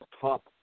top